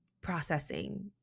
processing